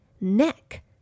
Neck